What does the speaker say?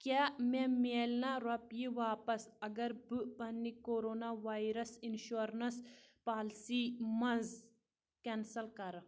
کیٛاہ مےٚ میلنا رۄپیہِ واپس اگر بہٕ پنٕنہِ کورونا وایرَس اِنشورَنٛس پالسی منٛز کینسل کرٕ